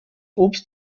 obst